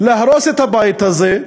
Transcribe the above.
להרוס את הבית הזה.